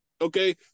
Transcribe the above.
okay